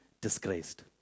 disgraced